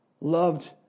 loved